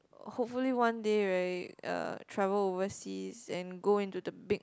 hopefully one day right uh travel overseas and go into the big